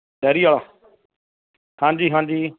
dairy ਵਾਲਾ ਹਾਂਜੀ ਹਾਂਜੀ